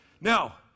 Now